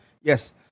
Yes